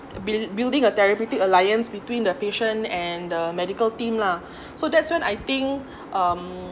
build building a therapeutic alliance between the patient and the medical team lah so that's when I think um